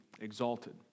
exalted